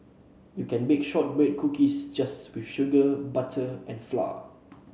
you can bake shortbread cookies just with sugar butter and flour